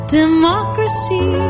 democracy